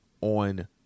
on